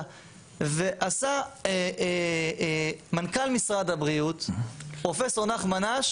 עשה מנכ"ל משרד הבריאות פרופ' נחמן אש